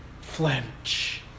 flinch